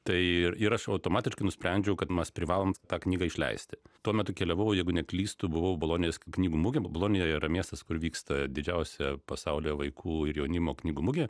tai ir aš automatiškai nusprendžiau kad mes privalom tą knygą išleisti tuo metu keliavau jeigu neklystu buvau bolonijos knygų mugėj bolonija yra miestas kur vyksta didžiausia pasaulyje vaikų ir jaunimo knygų mugė